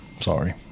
Sorry